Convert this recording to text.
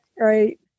Right